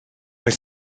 oedd